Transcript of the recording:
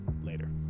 Later